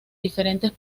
diferentes